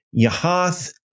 yahath